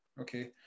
Okay